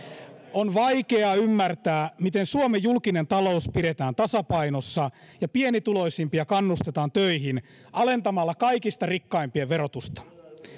on vaikea ymmärtää miten suomen julkinen talous pidetään tasapainossa ja pienituloisimpia kannustetaan töihin alentamalla kaikista rikkaimpien verotusta